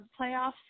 playoffs